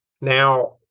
Now